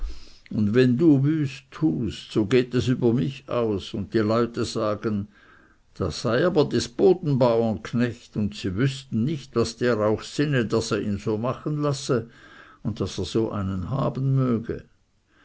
und wenn du wüst tust so geht es über mich aus und die leute sagen das sei aber des bodenbauren knecht und sie wußten nicht was der auch sinne daß er ihn so machen lasse und daß er so einen haben möge